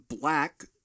black